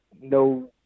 no